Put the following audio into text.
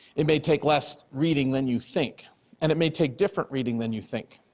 it may take less reading than you think and it may take different reading than you think,